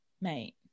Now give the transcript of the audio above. mate